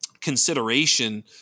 consideration